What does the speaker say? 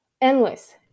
endless